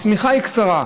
השמיכה היא קצרה.